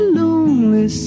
lonely